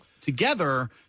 together